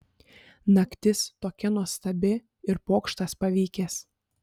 naktis tokia nuostabi ir pokštas pavykęs